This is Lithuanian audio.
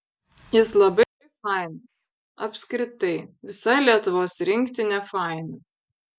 jis labai fainas apskritai visa lietuvos rinktinė faina